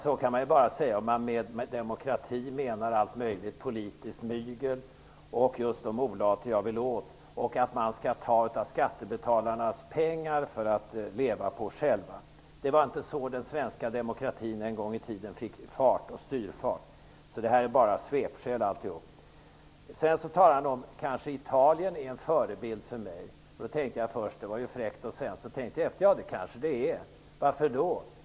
Så kan man bara säga om man med demokrati menar allt möjligt politiskt mygel och just de olater som jag vill komma åt och att man skall ta utav skattebetalarnas pengar för att själv leva på dem. Det var inte så den svenska demokratin en gång i tiden fick fart och styrfart. Alltihop är bara fråga om svepskäl. Han talade om att Italien skulle vara en förebild för mig. Först tänkte jag att påståendet var fräckt, men sedan tänkte jag efter och kom fram till att det kanske stämmer. Varför?